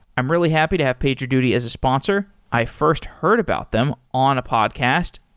i'm really happy to have pagerduty as a sponsor. i first heard about them on a podcast,